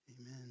amen